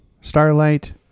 Starlight